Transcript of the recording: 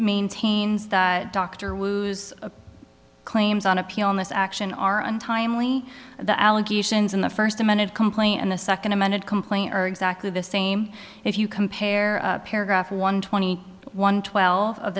maintains that dr wus claims on appeal in this action are untimely the allegations in the first amended complaint and the second amended complaint are exactly the same if you compare paragraph one twenty one twelve of